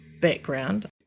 background